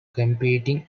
competing